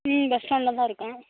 ம் பஸ் ஸ்டாண்டில் தான் இருக்கேன்